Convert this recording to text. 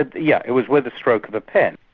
ah yeah it was with the stroke of a pen.